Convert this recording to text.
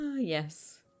Yes